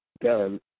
done